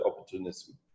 opportunism